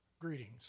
greetings